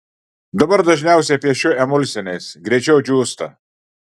dabar dažniausiai piešiu emulsiniais greičiau džiūsta